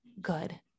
good